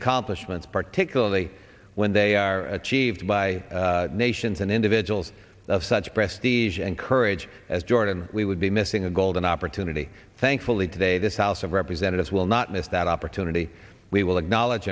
accomplishments particularly when they are achieved by nations and individuals of such prestige and courage as jordan we would be missing a golden opportunity thankfully today this house of representatives will not miss that opportunity we will acknowledge